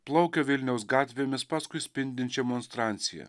plaukia vilniaus gatvėmis paskui spindinčia monstrancija